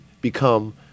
become